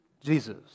Jesus